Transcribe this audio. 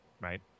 right